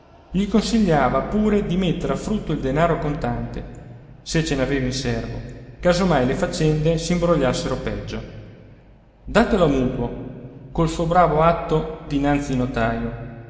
gli consigliava pure di mettere a frutto il denaro contante se ce ne aveva in serbo caso mai le faccende s'imbrogliassero peggio datelo a mutuo col suo bravo atto dinanzi notaio